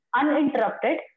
uninterrupted